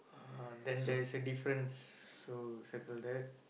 ah then there is a difference so circle that